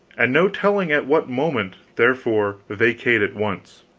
and no telling at what moment therefore, vacate at once.